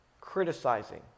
criticizing